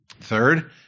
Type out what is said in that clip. Third